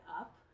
up